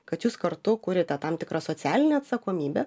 kad jūs kartu kuriate tam tikrą socialinę atsakomybę